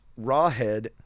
Rawhead